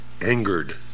angered